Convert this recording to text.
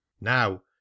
now